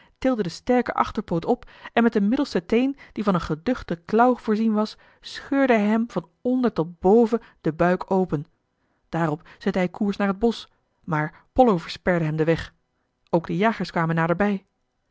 tilde den sterken achterpoot op en met den middelsten teen die van een geduchten klauw voorzien was scheurde hij hem van onder tot boven den buik open daarop zette hij koers naar het bosch maar pollo versperde hem den weg ook de jagers kwamen naderbij